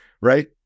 right